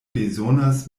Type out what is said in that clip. bezonas